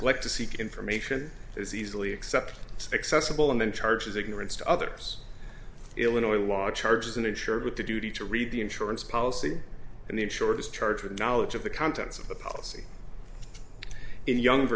neglect to seek information is easily accepted accessible and then charges ignorance to others illinois law charges an insured with the duty to read the insurance policy and the insured is charged with knowledge of the contents of the policy in the younger